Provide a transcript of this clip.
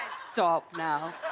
stop now.